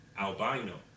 albino